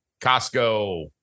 Costco